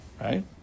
Right